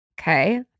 Okay